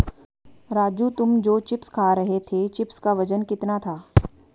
राजू तुम जो चिप्स खा रहे थे चिप्स का वजन कितना था?